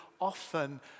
often